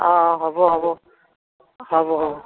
অঁ হ'ব হ'ব হ'ব হ'ব